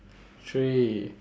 three